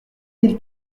mille